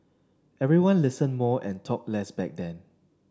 everyone listened more and talked less back then